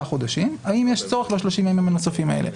חודשים עלתה השאלה האם יש צורך ב-30 הימים הנוספים האלה.